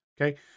Okay